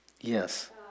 Yes